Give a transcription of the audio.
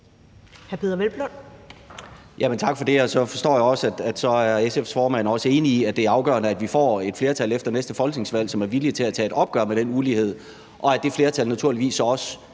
Tak for det. Og så forstår jeg også, at SF's formand er enig i, at det er afgørende, at vi får et flertal efter næste folketingsvalg, som er villige til at tage et opgør med den ulighed, og at det flertal naturligvis også